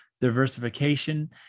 diversification